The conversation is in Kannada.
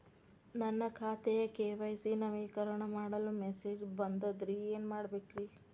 ನನ್ನ ಖಾತೆಯ ಕೆ.ವೈ.ಸಿ ನವೇಕರಣ ಮಾಡಲು ಮೆಸೇಜ್ ಬಂದದ್ರಿ ಏನ್ ಮಾಡ್ಬೇಕ್ರಿ?